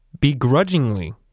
Begrudgingly